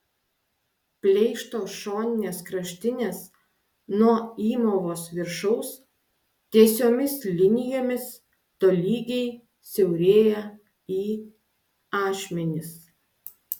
pleišto šoninės kraštinės nuo įmovos viršaus tiesiomis linijomis tolygiai siaurėja į ašmenis